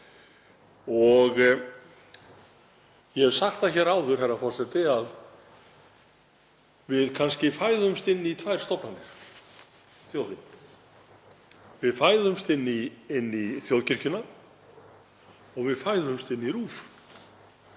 Ég hef sagt það hér áður, herra forseti, að þjóðin fæðist inn í tvær stofnanir. Við fæðumst inn í þjóðkirkjuna og við fæðumst inn í RÚV.